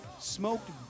smoked